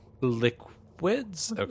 Liquids